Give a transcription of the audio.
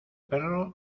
perro